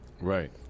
Right